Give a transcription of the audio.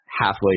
halfway